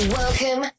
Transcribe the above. welcome